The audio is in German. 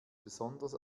besonders